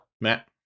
Matt